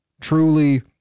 Truly